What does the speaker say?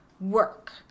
work